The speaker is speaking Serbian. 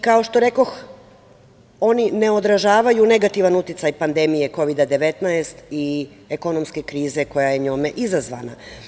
Kao što rekoh, oni ne održavaju negativan uticaj pandemije Kovida 19 i ekonomske krize koja je njome izazvana.